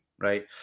right